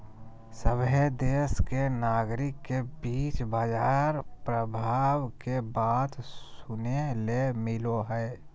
सभहे देश के नागरिक के बीच बाजार प्रभाव के बात सुने ले मिलो हय